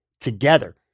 together